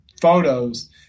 photos